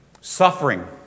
suffering